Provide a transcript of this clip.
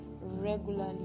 regularly